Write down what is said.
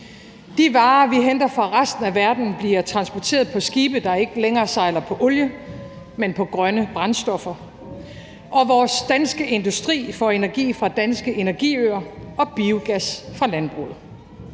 De varer, vi henter fra resten af verden, bliver transporteret på skibe, der ikke længere sejler på olie, men på grønne brændstoffer, og vores danske industri får energi fra danske energiøer og biogas fra landbruget.